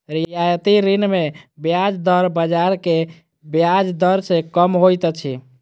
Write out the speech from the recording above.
रियायती ऋण मे ब्याज दर बाजार के ब्याज दर सॅ कम होइत अछि